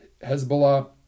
Hezbollah